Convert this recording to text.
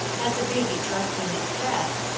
had the baby dressed in its best,